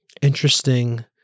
interesting